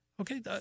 Okay